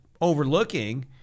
overlooking